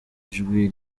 ijwi